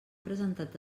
presentat